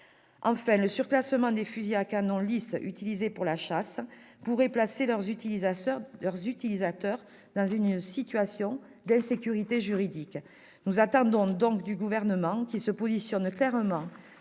Enfin, le surclassement des fusils à canon lisse utilisés pour la chasse pourrait placer leurs utilisateurs dans une situation d'insécurité juridique. Nous attendons donc du Gouvernement qu'il se positionne clairement